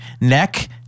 neck